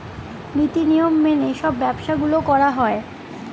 নীতি নিয়ম মেনে সব ব্যবসা গুলো করা হয়